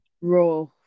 Raw